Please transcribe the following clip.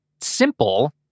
simple